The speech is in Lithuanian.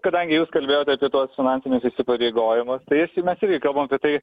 kadangi jūs kalbėjot apie tuos finansinius įsipareigojimus tai mes irgi kalbam apie tai